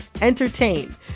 entertain